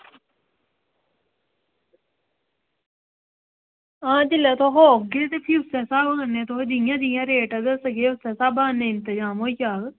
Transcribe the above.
आं जेल्लै तुस औगे ते फ्ही जिस स्हाब कन्नै तुस जियां जियां रेट दसगे ते उस स्हाबै कन्नै इंतजाम होई जाह्ग